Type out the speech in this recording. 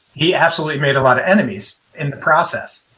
he absolutely made a lot of enemies in the process.